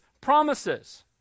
promises